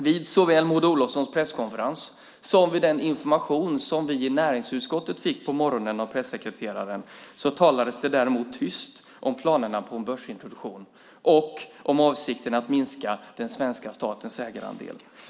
Vid såväl Maud Olofssons presskonferens som den information som vi i näringsutskottet fick på morgonen av pressekreteraren talades det däremot tyst om planerna på en börsintroduktion och om avsikten att minska den svenska statens ägarandel.